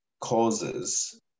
causes